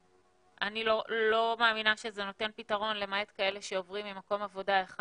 אני לא מאמינה שזה נותן פתרון למעט כאלה שעוברים ממקום עבודה אחד